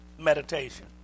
Meditation